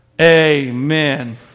Amen